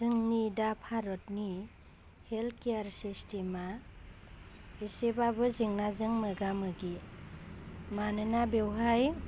जोंनि दा भारतनि हेल्थ केयर सिस्टेमा एसेबाबो जेंनाजों मोगा मोगि मानोना बेवहाय